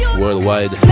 worldwide